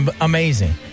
amazing